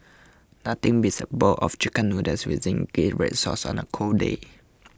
nothing beats a bowl of Chicken Noodles with Zingy Red Sauce on a cold day